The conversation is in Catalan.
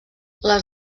les